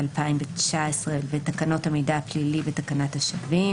התשע"ט-2019, ותקנות המידע הפלילי ותקנת השבים".